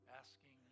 asking